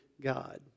God